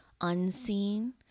unseen